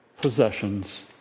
possessions